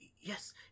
yes